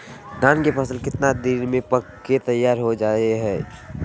धान के फसल कितना दिन में पक के तैयार हो जा हाय?